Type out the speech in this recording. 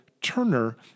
Turner